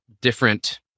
different